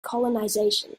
colonization